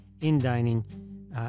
in-dining